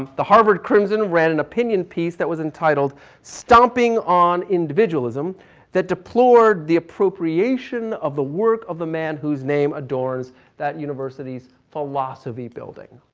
the harvard crimson ran an opinion piece that was entitled stomping on individualism that deplored the appropriation of the work of the man whose name that adorns that universities philosophy's building.